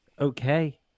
okay